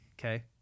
Okay